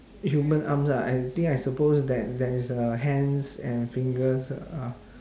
human arms ah I think I suppose that there is a hands and fingers uh